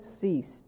ceased